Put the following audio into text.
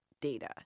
data